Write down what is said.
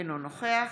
אינו נוכח